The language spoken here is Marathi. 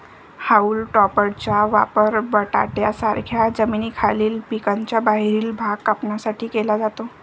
हाऊल टॉपरचा वापर बटाट्यांसारख्या जमिनीखालील पिकांचा बाहेरील भाग कापण्यासाठी केला जातो